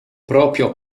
proprio